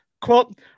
Quote